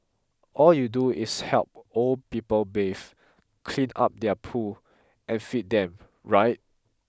all you do is help old people bathe clean up their poo and feed them right